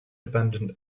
abandoned